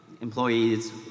Employees